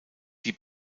die